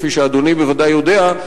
כפי שאדוני בוודאי יודע,